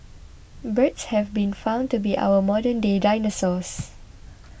birds have been found to be our modernday dinosaurs